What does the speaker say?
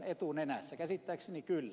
käsittääkseni kyllä